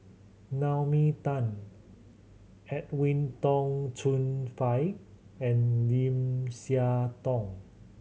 Naomi Tan Edwin Tong Chun Fai and Lim Siah Tong